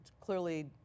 clearly